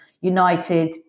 United